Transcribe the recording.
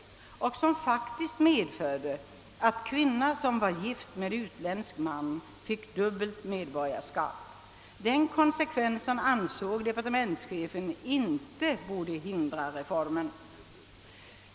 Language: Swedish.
Den medförde faktiskt att kvinna som var gift med utländsk man fick dubbelt medborgarskap. Den konsekvensen ansåg departementschefen inte böra hindra reformen.